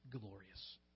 glorious